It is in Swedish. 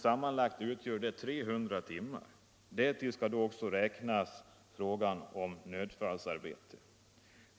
Sammanlagt blir det 300 timmar. Därtill skall läggas den övertid som kan komma i fråga vid nödfallsarbete.